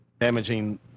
damaging